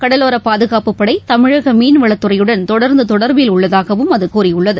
கடலோரபாதுகாப்புப்படைதமிழகமீன்வளத்துறையுடன் தொடர்ந்துதொடர்பில் உள்ளதாகவும் அதுகூறியுள்ளது